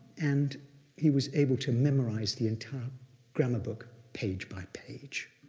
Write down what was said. and he was able to memorize the entire grammar book page by page.